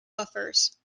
buffers